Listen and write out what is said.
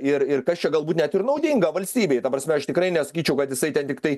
ir ir kas čia galbūt net ir naudinga valstybei ta prasme aš tikrai nesakyčiau kad jisai ten tiktai